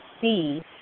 see